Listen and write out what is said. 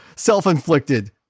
Self-inflicted